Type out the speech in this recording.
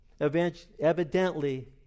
Evidently